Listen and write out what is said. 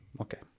okay